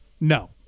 No